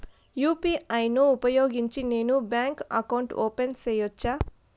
UPI ను ఉపయోగించి నేను బ్యాంకు అకౌంట్ ఓపెన్ సేయొచ్చా?